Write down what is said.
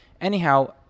Anyhow